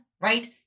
right